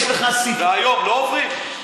יש לך, והיום לא עוברים?